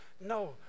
no